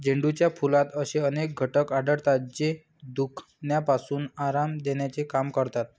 झेंडूच्या फुलात असे अनेक घटक आढळतात, जे दुखण्यापासून आराम देण्याचे काम करतात